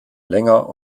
länger